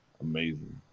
amazing